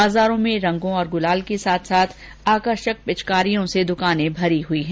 बाजारों में रंगों और गुलाल के साथ साथ आकर्षक पिचकारियों से द्वकाने सजी हुई है